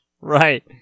right